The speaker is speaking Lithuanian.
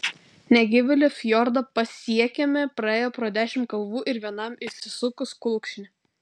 negyvėlio fjordą pasiekėme praėję pro dešimt kalvų ir vienam išsisukus kulkšnį